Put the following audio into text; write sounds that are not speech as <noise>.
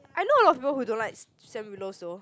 I know a lot of people who don't like <noise> Sam Willows though